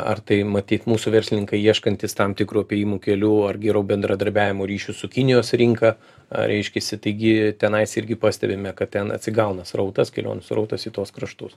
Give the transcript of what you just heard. ar tai matyt mūsų verslininkai ieškantys tam tikrų apėjimų kelių ar giro bendradarbiavimo ryšius su kinijos rinka ar reiškiasi taigi tenai irgi pastebime kad ten atsigauna srautas kelionių srautas į tuos kraštus